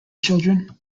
children